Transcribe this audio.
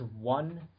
one